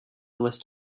list